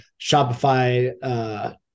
Shopify